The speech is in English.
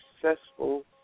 successful